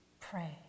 pray